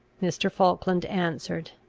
mr. falkland answered,